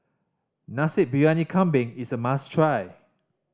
Nasi Briyani Kambing is a must try